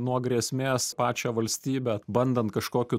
nuo grėsmės pačią valstybę bandant kažkokiu